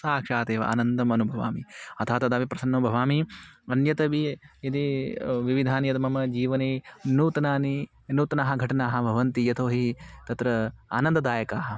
साक्षादेव आनन्दम् अनुभवामि अतः तदापि प्रसन्नः भवामि मन्यते यदि विविधानि यद् मम जीवने नूतनाः नूतनाः घटनाः भवन्ति यतो हि तत्र आनन्ददायकः